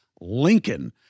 lincoln